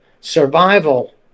survival